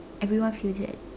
everyone feels that